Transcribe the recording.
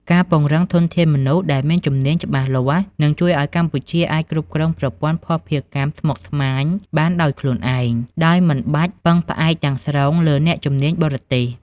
ការពង្រឹងធនធានមនុស្សដែលមានជំនាញច្បាស់លាស់ នឹងជួយឱ្យកម្ពុជាអាចគ្រប់គ្រងប្រព័ន្ធភស្តុភារកម្មស្មុគស្មាញបានដោយខ្លួនឯង ដោយមិនបាច់ពឹងផ្អែកទាំងស្រុងលើអ្នកជំនាញបរទេស។